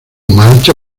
marcha